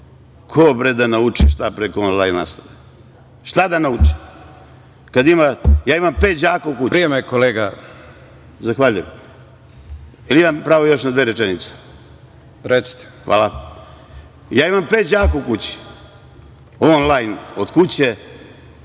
Ko bre da nauči šta preko onlajn nastave? Šta da nauči? Ja imam pet đaka u kući,